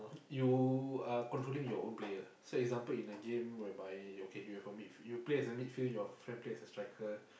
you are controlling your own player so example in the game whereby okay you have a mid you play as a midfield your friend play as a striker